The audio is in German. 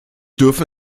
dürfen